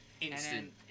Instant